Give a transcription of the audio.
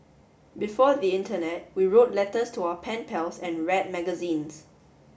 before the internet we wrote letters to our pen pals and read magazines